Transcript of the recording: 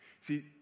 See